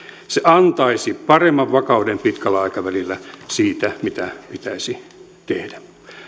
se antaisi paremman vakauden pitkällä aikavälillä siitä mitä pitäisi tehdä